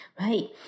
Right